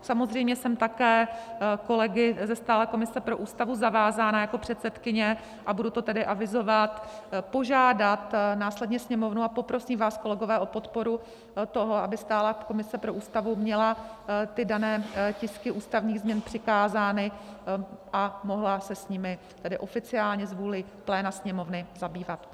Samozřejmě jsem také kolegy ze stálé komise pro Ústavu zavázána jako předsedkyně, a budu to tedy avizovat, požádat následně Sněmovnu, a poprosím vás, kolegové, o podporu toho, aby stálá komise pro Ústavu měla ty dané tisky ústavních změn přikázány a mohla se jimi oficiálně z vůle pléna Sněmovny zabývat.